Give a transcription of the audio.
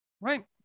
right